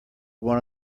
one